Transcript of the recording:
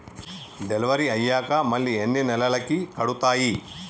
Delivery అయ్యాక మళ్ళీ ఎన్ని నెలలకి కడుతాయి?